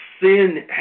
sin